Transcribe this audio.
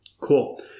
Cool